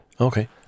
okay